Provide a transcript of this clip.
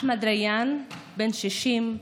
אחמד ריאן, בן 60,